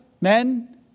men